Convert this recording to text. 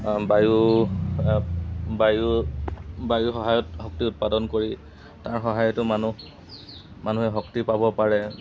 বায়ু বায়ু বায়ুৰ সহায়ত শক্তি উৎপাদন কৰি তাৰ সহায়তো মানুহ মানুহে শক্তি পাব পাৰে